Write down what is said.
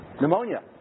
pneumonia